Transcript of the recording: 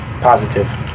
Positive